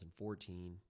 2014